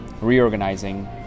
reorganizing